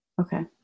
Okay